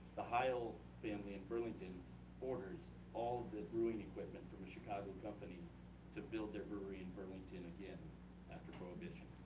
the hoyle family in burlington orders all the brewing equipment from the chicago company to build their brewery in burlington again after prohibition.